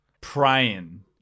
praying